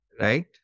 right